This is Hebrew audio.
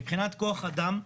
מבחינת כוח אדם,